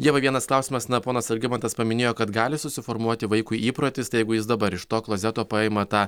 ieva vienas klausimas na ponas algimantas paminėjo kad gali susiformuoti vaikui įprotis tai jeigu jis dabar iš to klozeto paima tą